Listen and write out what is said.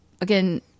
again